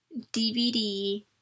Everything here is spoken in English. DVD